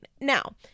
Now